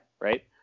right